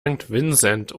vincent